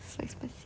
so expensive